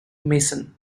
meissen